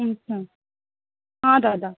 अच्छा हा दादा